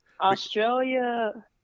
Australia